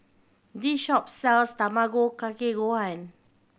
this shop sells Tamago Kake Gohan